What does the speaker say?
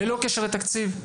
ללא קשר לתקציב.